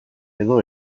edo